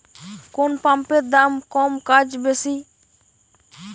কোন পাম্পের দাম কম কাজ বেশি?